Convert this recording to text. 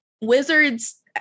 wizards